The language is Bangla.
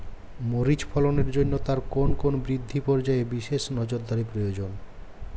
মরিচ ফলনের জন্য তার কোন কোন বৃদ্ধি পর্যায়ে বিশেষ নজরদারি প্রয়োজন?